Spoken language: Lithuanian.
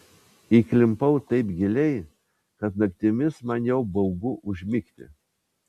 įklimpau taip giliai kad naktimis man jau baugu užmigti